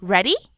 Ready